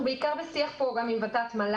אנחנו בעיקר בשיח פה עם ות"ת-מל"ג.